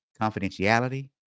confidentiality